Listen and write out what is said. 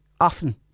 often